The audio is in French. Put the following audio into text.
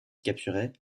capturés